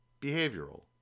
Behavioral